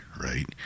right